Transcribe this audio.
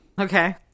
Okay